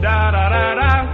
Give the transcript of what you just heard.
Da-da-da-da